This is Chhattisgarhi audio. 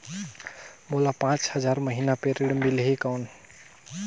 मोला पांच हजार महीना पे ऋण मिलही कौन?